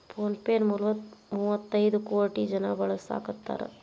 phone pay ನ ಮುವ್ವತೈದ್ ಕೋಟಿ ಜನ ಬಳಸಾಕತಾರ